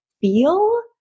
feel